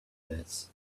pits